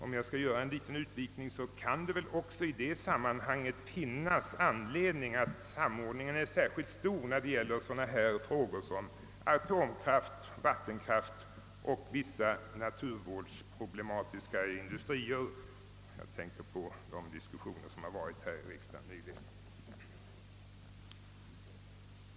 Vidare har den centrala instansen särskilt stora uppgifter när det gäller sådana frågor som atomkraft, vattenkraft och vissa ur naturvårdssynpunkt problematiska industrier — jag tänker på de diskussioner som nyligen förts här i riksdagen.